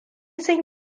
sun